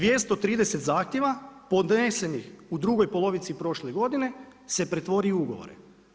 230 zahtjeva podnesenih u drugoj polovici prošle godine se pretvori u ugovore.